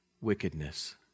wickedness